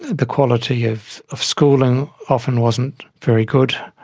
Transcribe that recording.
the quality of of schooling often wasn't very good,